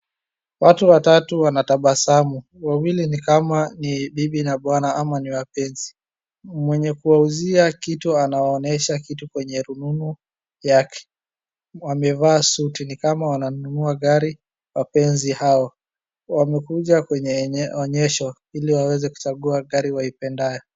Watu watatu wanatabasamu, wawili ni kama bibi na bwana ama ni wapenzi. Mwenye kuwauzia kitu anawaonyesha kitu kwenye rununu yake amevaa suti ni kama wananunua gari wapenzi hawa. Wamekuja kwenye onyesho ili waweze kuichagua gari waipendayo.